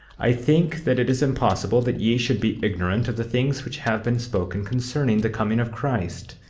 i think that it is impossible that ye should be ignorant of the things which have been spoken concerning the coming of christ,